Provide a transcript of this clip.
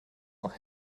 noch